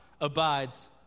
abides